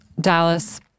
Dallas